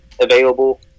available